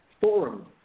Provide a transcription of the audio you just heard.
forum